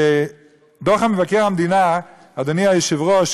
אדוני היושב-ראש,